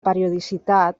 periodicitat